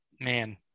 man –